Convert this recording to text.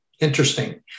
Interesting